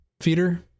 feeder